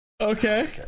Okay